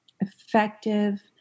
effective